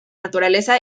naturaleza